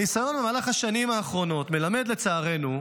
הניסיון במהלך השנים האחרונות מלמד, לצערנו,